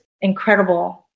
incredible